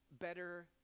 better